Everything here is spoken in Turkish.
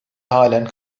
halen